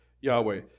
Yahweh